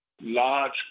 large